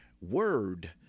word